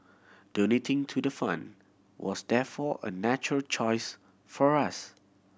donating to the fund was therefore a natural choice for us